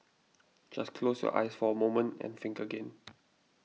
just close your eyes for a moment and think again